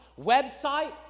website